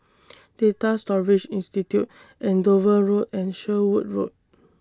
Data Storage Institute Andover Road and Sherwood Road